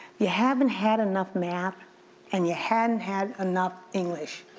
you haven't had enough math and you haven't had enough english.